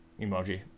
emoji